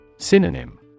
Synonym